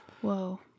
Whoa